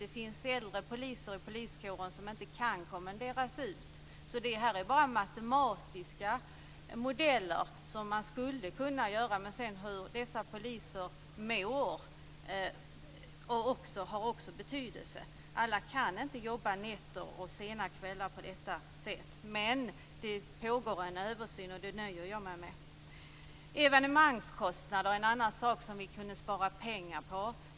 Det finns äldre poliser i poliskåren som inte kan kommenderas ut, så det här är bara matematiska modeller för hur man skulle kunna göra. Hur dessa poliser mår har också betydelse. Alla kan inte jobba nätter och sena kvällar. Det pågår dock en översyn och det nöjer jag mig med. Evenemangskostnaderna är ett annat område där vi kunde spara pengar.